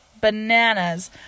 Bananas